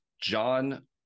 John